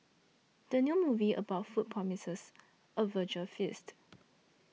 the new movie about food promises a visual feast